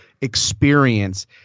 experience